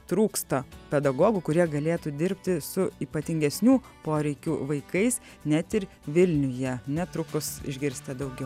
trūksta pedagogų kurie galėtų dirbti su ypatingesnių poreikių vaikais net ir vilniuje netrukus išgirsite daugiau